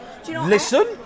Listen